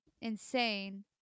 insane